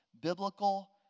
biblical